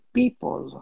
people